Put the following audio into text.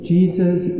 Jesus